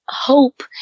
Hope